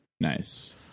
Nice